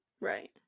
right